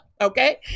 okay